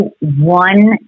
one